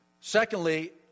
Secondly